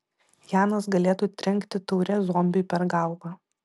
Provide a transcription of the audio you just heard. janas galėtų trenkti taure zombiui per galvą